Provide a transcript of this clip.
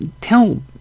tell